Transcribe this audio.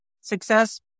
success